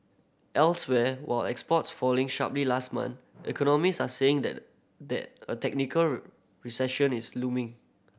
elsewhere were exports falling sharply last month economist are saying that the a technical recession is looming